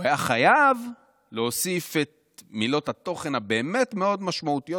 הוא היה חייב להוסיף את מילות התוכן הבאמת-מאוד משמעותיות,